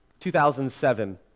2007